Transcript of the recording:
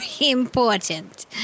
important